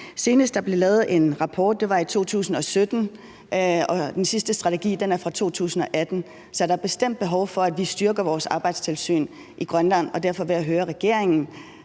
Senest der blev lavet en rapport, var i 2017, og den sidste strategi er fra 2018. Så der er bestemt et behov for, at vi styrker vores arbejdstilsyn i Grønland, og derfor vil jeg høre, hvad regeringen,